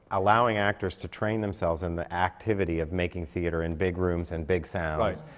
allowing actors to train themselves in the activity of making theatre in big rooms and big sounds. right.